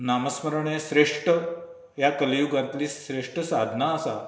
नामस्मरण हें श्रेश्ठ ह्या कलियूगांतली श्रेश्ठ साधना आसा